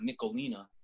Nicolina